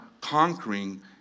conquering